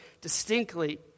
distinctly